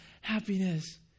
happiness